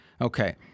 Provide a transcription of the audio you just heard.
Okay